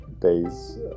days